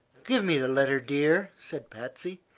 give me the letter, dear, said patsy.